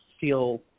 feel